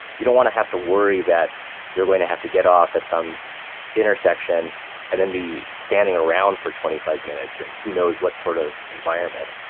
you don't want to have to worry that you're going to have to get off at some intersection and then be standing around for twenty five minutes in who knows what sort of environment.